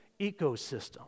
ecosystem